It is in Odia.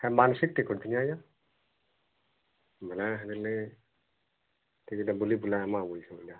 ଏ ମାନସିକ୍ଟେ କରିଥିଲି ଆଜ୍ଞା ବୋଲେ ଫ୍ୟାମିଲି ଟିକେ ବୁଲି ବୁଲା ଆମ ବୁଲିବା